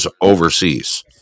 overseas